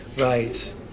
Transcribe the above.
right